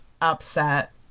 upset